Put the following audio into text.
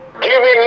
giving